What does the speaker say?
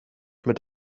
mit